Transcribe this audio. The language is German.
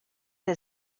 der